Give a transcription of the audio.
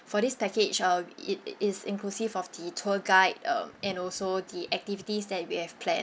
for this package uh it is inclusive of the tour guide uh and also the activities that we have planned